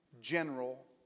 general